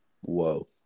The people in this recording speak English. whoa